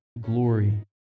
glory